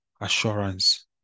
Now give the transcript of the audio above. assurance